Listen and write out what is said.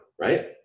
right